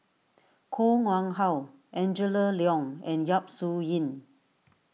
Koh Nguang How Angela Liong and Yap Su Yin